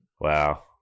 Wow